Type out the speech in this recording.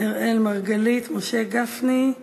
אראל מרגלית, משה גפני,